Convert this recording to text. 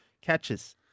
catches